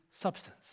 substance